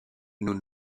nous